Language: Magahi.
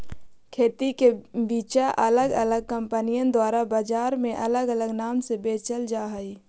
खेती के बिचा अलग अलग कंपनिअन द्वारा बजार में अलग अलग नाम से बेचल जा हई